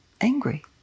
angry